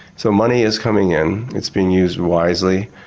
so money is coming in, it's being used wisely,